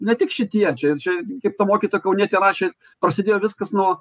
ne tik šitie čia ir čia kaip ta mokytoja kaunietė rašė prasidėjo viskas nuo